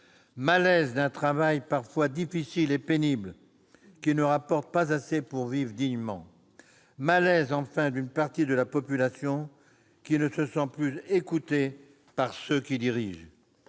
malaise d'un travail parfois difficile et pénible, qui ne rapporte pas assez pour permettre de vivre dignement ; malaise, enfin, d'une partie de la population, qui ne se sent plus écoutée par ceux qui dirigent.